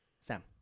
sam